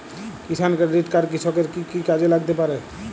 কিষান credit card কৃষকের কি কি কাজে লাগতে পারে?